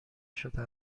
شده